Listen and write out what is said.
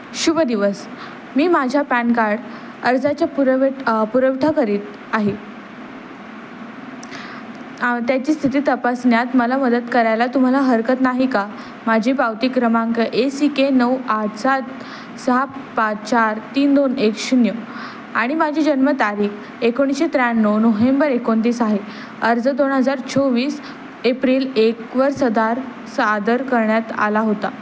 शुभ दिवस मी माझ्या पॅन कार्ड अर्जाच्या पुरवठा पुरवठा करीत आहे आ त्याची स्थिती तपासण्यात मला मदत करायला तुम्हाला हरकत नाही का माझी पावती क्रमांक ए सी के नऊ आठ सात सहा पाच चार तीन दोन एक शून्य आणि माझी जन्मतारीख एकोणीसशे त्र्याण्णव नोहेंबर एकोणतीस आहे अर्ज दोन हजार चोवीस एप्रिल एकवर सादर सादर करण्यात आला होता